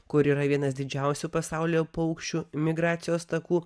kur yra vienas didžiausių pasaulyje paukščių migracijos takų